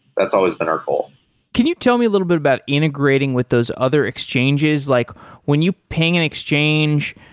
that's always been our goal can you tell me little bit about integrating with those other exchanges, like when you ping an exchange,